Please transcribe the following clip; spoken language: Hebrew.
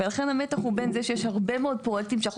ולכן המתח הוא בין זה שיש הרבה מאוד פרויקטים שאנחנו